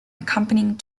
accompanying